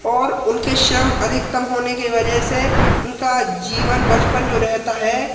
और उनके श्रम अधिकतम होने के वजह से उनका जीवन बचपन जो रहता है